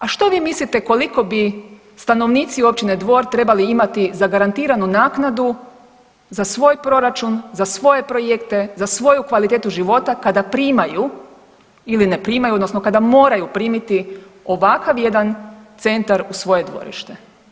A što vi mislite koliko bi stanovnici općine Dvor trebali imati zagarantiranu naknadu za svoj proračun, za svoje projekte, za svoju kvalitetu života kada primaju ili ne primaju, odnosno kada moraju primiti ovakav jedan centar u svoje dvorište.